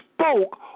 spoke